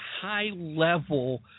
high-level